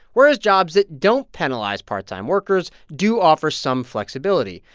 whereas jobs that don't penalize part-time workers do offer some flexibility.